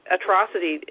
atrocity